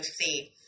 see